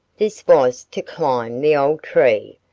this was to climb the old tree,